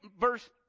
verse